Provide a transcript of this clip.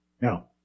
Now